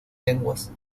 lenguas